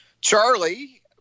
Charlie